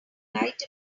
write